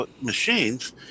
machines